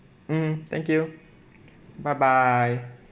mmhmm thank you bye bye